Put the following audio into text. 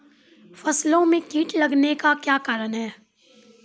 फसलो मे कीट लगने का क्या कारण है?